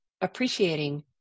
appreciating